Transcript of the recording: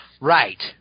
right